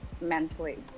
mentally